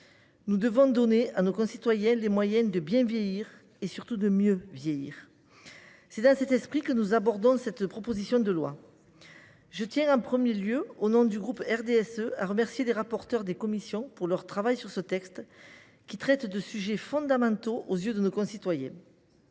Nous devons donner à nos concitoyens les moyens de bien vieillir et, surtout, de mieux vieillir. C’est dans cet esprit que nous abordons l’examen de cette proposition de loi. Je tiens, en premier lieu, au nom du groupe RDSE, à remercier les rapporteurs des commissions de leur travail sur ce texte, qui traite de sujets fondamentaux aux yeux de nos concitoyens.